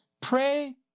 pray